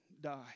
die